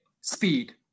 speed